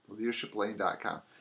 leadershiplane.com